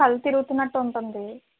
కళ్ళు తిరుగుతున్నటు ఉంటుంది